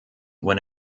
when